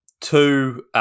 Two